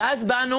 אז באנו